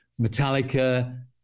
Metallica